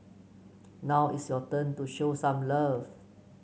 now it's your turn to show some love